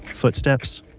footsteps,